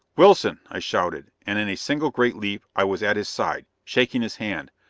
wilson! i shouted and in a single great leap i was at his side, shaking his hand,